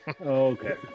Okay